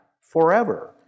forever